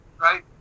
Right